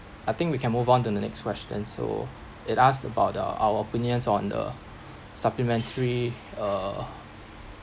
I think we can move on to the next question so it asked about the our opinions on the supplementary uh